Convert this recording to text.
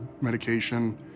medication